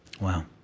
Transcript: Wow